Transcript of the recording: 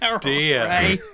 dear